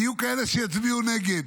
כי יהיו כאלה שיצביעו נגד,